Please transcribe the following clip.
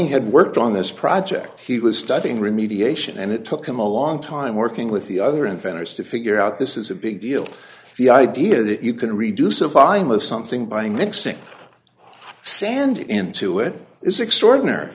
peroni had worked on this project he was studying remediation and it took him a long time working with the other inventors to figure out this is a big deal the idea that you can reduce the volume of something by mixing sand into it is extraordinary